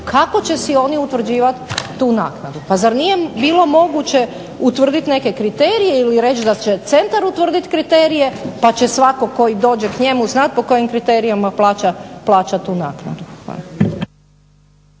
kako će si oni utvrđivat tu naknadu. Pa zar nije bilo moguće utvrdit neke kriterije ili reći da će centar utvrdit kriterije pa će svatko tko dođe k njemu znat po kojim kriterijima plaća tu naknadu.